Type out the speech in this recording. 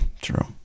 True